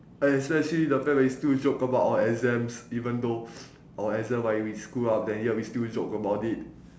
and especially the fact that we still joke about our exams even though our exam might be screwed up and yet we still joke about it